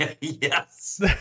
Yes